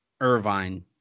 Irvine